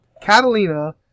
Catalina